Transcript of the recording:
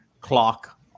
clock